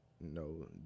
no